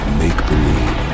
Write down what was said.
make-believe